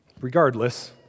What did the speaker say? Regardless